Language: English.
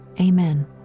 amen